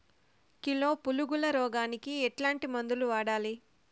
Kilo పులుగుల రోగానికి ఎట్లాంటి మందులు వాడాలి?